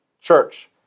church